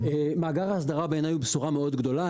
מאגר האסדרה בעיני הוא בשורה מאוד גדולה.